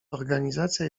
organizacja